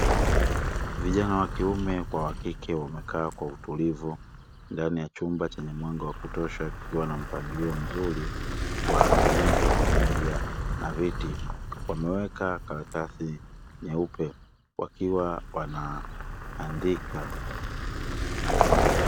Vijana wa kiume kwa wa kike wamekaa kwa utulivu ndani ya chumba chenye mwanga wa kutosha. Ikiwa na mpangilio mzuri wa meza pamoja na viti wameweka karatasi nyeupe wakiwa wana andika.